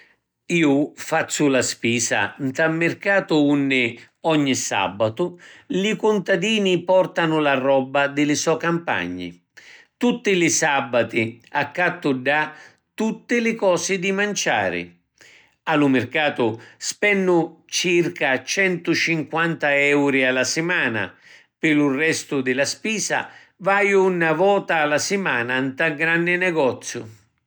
Ju fazzu la spisa nta ‘n mircatu unni, ogni sabatu, li cuntadini portanu la robba di li sò campagni. Tutti li sabati, accattu ddà tutti li cosi di manciari. A lu mircatu spennu circa centucinquanta euri a la simana. Pi lu restu di la spisa vaju na vota a la simana nta ‘n granni nicoziu.